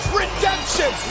redemption